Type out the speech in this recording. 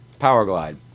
Powerglide